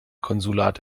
konsulat